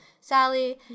Sally